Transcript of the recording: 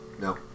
No